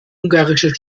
ungarische